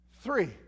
Three